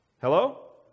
Hello